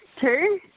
two